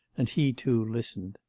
and he too listened.